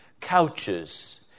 couches